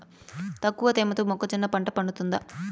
తక్కువ తేమతో మొక్కజొన్న పంట పండుతుందా?